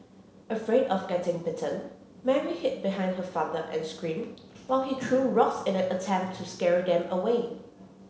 afraid of getting bitten Mary hid behind her father and screamed while he threw rocks in an attempt to scare them away